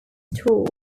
tour